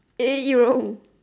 eh